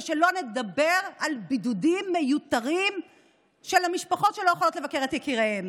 שלא לדבר על בידודים מיותרים של המשפחות שלא יכולות לבקר את יקיריהן.